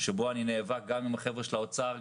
שבו אני נאבק גם עם החבר'ה של האוצר,